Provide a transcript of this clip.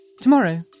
tomorrow